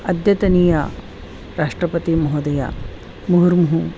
अद्यतनीया राष्ट्रपतिमहोदया मुर्मु